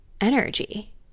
energy